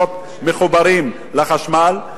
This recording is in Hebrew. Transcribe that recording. להיות מחוברים לחשמל,